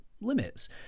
limits